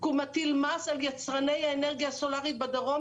כי הוא מטיל מס על יצרני האנרגיה הסולארית בדרום,